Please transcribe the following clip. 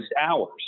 hours